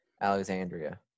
alexandria